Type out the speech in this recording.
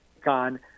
gone